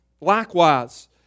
likewise